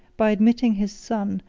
by admitting his son,